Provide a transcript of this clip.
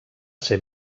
ser